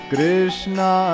Krishna